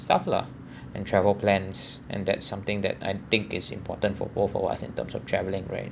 stuff lah and travel plans and that's something that I think is important for both of us in terms of travelling right